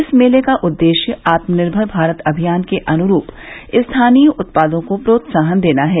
इस मेले का उद्देश्य आत्मनिर्भर भारत अभियान के अनुरूप स्थानीय उत्पादों को प्रोत्साहन देना है